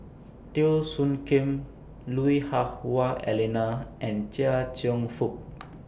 Teo Soon Kim Lui Hah Wah Elena and Chia Cheong Fook